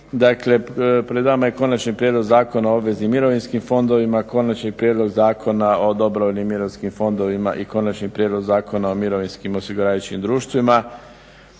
Dakle, pred nama je konačni prijedlog Zakona o obveznim mirovinskim fondovima, konačni prijedlog Zakona o dobrovoljnim mirovinskim fondovima i konačni prijedlog Zakona o mirovinskim osiguravajućim društvima.